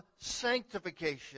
sanctification